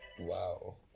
wow